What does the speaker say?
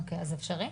אוקי, אז זה אפשרי?